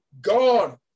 God